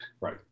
right